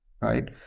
right